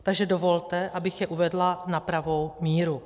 Takže mi dovolte, abych je uvedla na pravou míru.